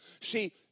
See